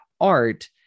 art